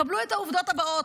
קבלו את העובדות הבאות: